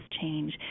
change